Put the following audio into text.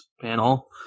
panel